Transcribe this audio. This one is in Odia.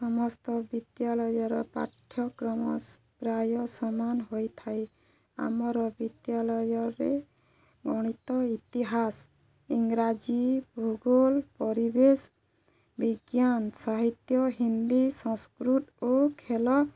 ସମସ୍ତ ବିଦ୍ୟାଳୟର ପାଠ୍ୟକ୍ରମ ପ୍ରାୟ ସମାନ ହୋଇଥାଏ ଆମର ବିଦ୍ୟାଲୟରେ ଗଣିତ ଇତିହାସ୍ ଇଂରାଜୀ ଭୂଗଲ୍ ପରିବେଶ୍ ବିଜ୍ଞାନ୍ ସାହିତ୍ୟ ହିନ୍ଦୀ ସଂସ୍କୃତ୍ ଓ ଖେଲ